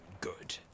good